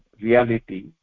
reality